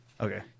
Okay